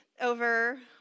over